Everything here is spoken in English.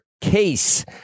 case